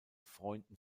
freunden